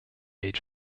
age